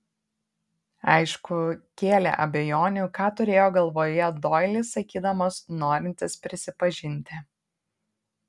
aišku kėlė abejonių ką turėjo galvoje doilis sakydamas norintis prisipažinti